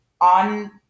on